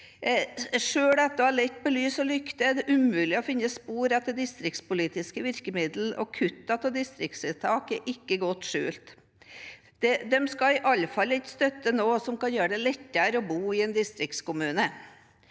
Selv etter å ha lett med lys og lykte er det umulig å finne spor etter distriktspolitiske virkemidler, og kuttene i distriktstiltak er ikke godt skjult. De skal i alle fall ikke støtte noe som kan gjøre det lettere å bo i en distriktskommune.